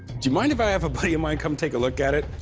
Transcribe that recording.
do you mind if i have a buddy of mine come take a look at it?